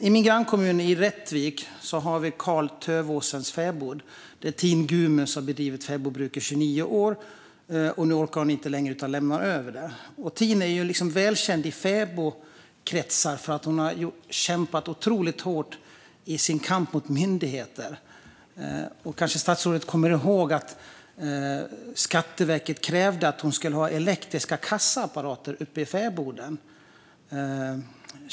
I min grannkommun Rättvik har vi Karl-Tövåsens fäbod, där Tin Gumuns har bedrivit fäbodbruk i 29 år. Nu orkar hon inte längre utan lämnar över. Tin är välkänd i fäbodkretsar för att hon kämpat otroligt hårt i sin kamp mot myndigheter. Statsrådet kanske kommer ihåg att Skatteverket krävde att hon skulle ha elektriska kassaapparater uppe i fäboden.